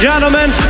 Gentlemen